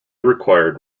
required